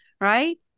Right